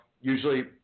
Usually